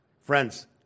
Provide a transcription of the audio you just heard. Friends